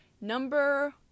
number